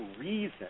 reason